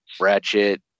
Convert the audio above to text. ratchet